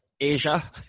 Asia